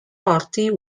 party